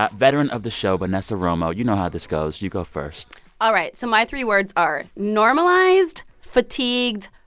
ah veteran of the show, vanessa romo, you know how this goes. you go first all right. so my three words are normalized, fatigued,